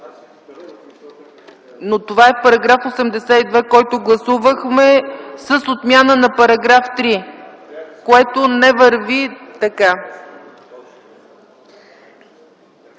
Но това е § 82, който гласувахме с отмяна на § 3, което не върви така.